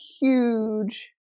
huge